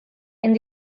and